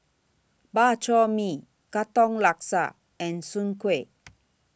Bak Chor Mee Katong Laksa and Soon Kueh